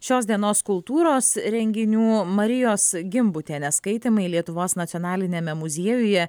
šios dienos kultūros renginių marijos gimbutienės skaitymai lietuvos nacionaliniame muziejuje